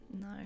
No